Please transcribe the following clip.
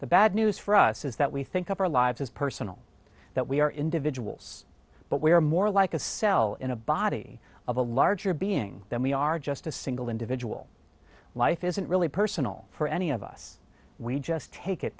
the bad news for us is that we think of our lives as personal that we are individuals but we are more like a cell in a body of a larger being than we are just a single individual life isn't really personal for any of us we just take it